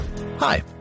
Hi